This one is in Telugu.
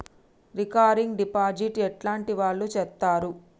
రికరింగ్ డిపాజిట్ ఎట్లాంటి వాళ్లు చేత్తరు?